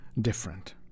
different